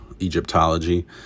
Egyptology